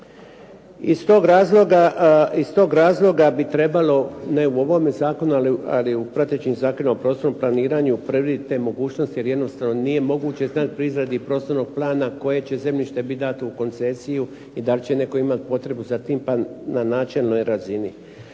Iz tog razloga bi trebalo ne u ovom zakonu, ali u pratećim Zakonima o prostornom planiranju predvidjeti te mogućnosti, jer jednostavno nije moguće …/Govornik se ne razumije./… pri izradi prostornog plana koje će zemljište bit dato u koncesiju i da li će netko imati potrebu za tim pa na načelnoj razini.